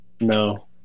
No